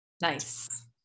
Nice